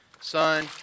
Son